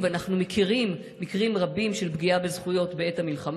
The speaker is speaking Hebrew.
ואנחנו מכירים מקרים רבים של פגיעה בזכויות בעת המלחמה.